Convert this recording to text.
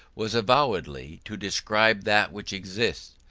was avowedly to describe that which exists,